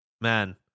man